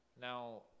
Now